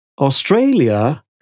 Australia